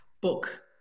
book